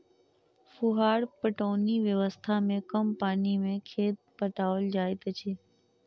फुहार पटौनी व्यवस्था मे कम पानि मे खेत पटाओल जाइत अछि